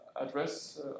address